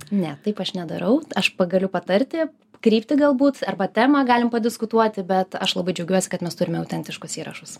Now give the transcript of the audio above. ne taip aš nedarau aš galiu patarti kryptį galbūt arba temą galim padiskutuoti bet aš labai džiaugiuosi kad mes turime autentiškus įrašus